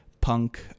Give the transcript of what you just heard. Punk